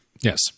Yes